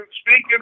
speaking